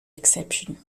exception